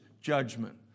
judgment